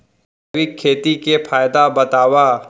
जैविक खेती के फायदा बतावा?